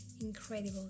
incredible